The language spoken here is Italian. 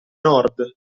nord